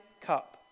cup